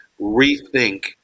rethink